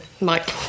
mike